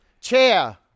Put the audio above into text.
Chair